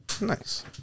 nice